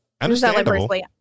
Understandable